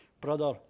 Brother